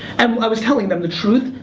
and i was telling them the truth.